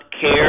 care